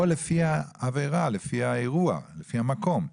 או לפי העבירה, לפי האירוע, לפי המקום.